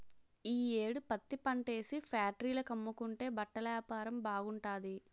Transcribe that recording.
ఈ యేడు పత్తిపంటేసి ఫేట్రీల కమ్ముకుంటే బట్టలేపారం బాగుంటాది